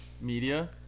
media